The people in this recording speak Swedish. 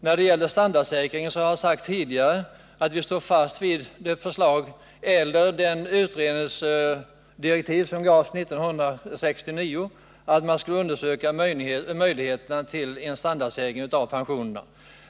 När det gäller en standardsäkring har jag tidigare sagt att vi står fast vid de utredningsdirektiv som gavs 1969, att man skall undersöka möjligheterna till en standardsäkring av pensionerna.